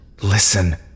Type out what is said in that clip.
Listen